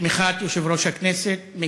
בתמיכת יושב-ראש הכנסת.